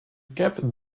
kept